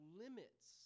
limits